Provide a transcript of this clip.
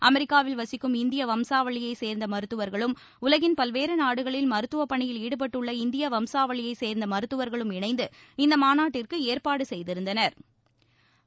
அமெரிக்காவில் வசிக்கும் இந்திய வம்சாவளியை சேர்ந்த மருத்துவர்களும் உலகின் பல்வேறு நாடுகளில் மருத்துவ பணியில் ஈடுபட்டுள்ள இந்திய வம்சாவளியை சேர்ந்த மருத்துவர்களும் இணைந்து இந்த மாநாட்டிற்கு ஏற்பாடு செய்திருந்தனா்